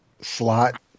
slot